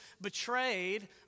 betrayed